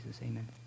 Amen